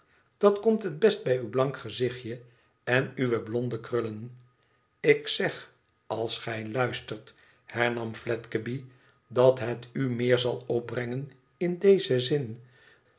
dat komt het best bij uw blank gezichtje en uwe blonde krullen ik zeg als gij luistert hernam fledgeby dat het u meer zal opbren gen in dezen zin